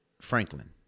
Franklin